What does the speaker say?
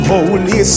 Holy